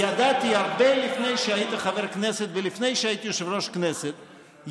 אני אומר שידעתי הרבה לפני שהיית חבר כנסת ולפני שהייתי יושב-ראש כנסת,